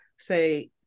Say